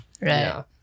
Right